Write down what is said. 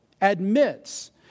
admits